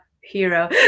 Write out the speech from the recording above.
hero